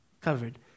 covered